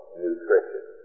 nutrition